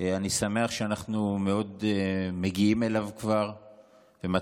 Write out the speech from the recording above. אני שמח מאוד שאנחנו מגיעים אליו כבר ומתחילים